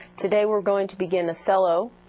today we're going to begin othello.